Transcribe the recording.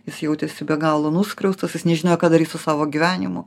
jis jautėsi be galo nuskriaustas jis nežinojo ką darys su savo gyvenimu